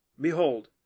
Behold